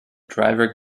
driver